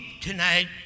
tonight